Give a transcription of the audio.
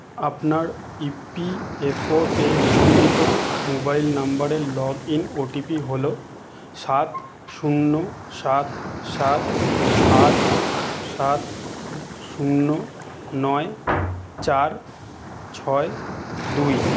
আপনার E P F O তে নিবন্ধিত মোবাইল নাম্বারের লগ ইন ওটিপি হল সাত শূন্য সাত সাত আট সাত শূন্য নয় চার ছয় দুই